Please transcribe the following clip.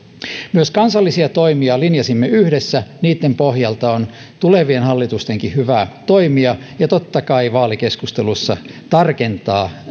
myös kansallisia toimia linjasimme yhdessä niitten pohjalta on tulevienkin hallitusten hyvä toimia ja totta kai vaalikeskusteluissa tarkentaa